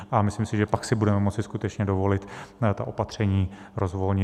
A myslím si, že pak si budeme moci skutečně dovolit ta opatření rozvolnit.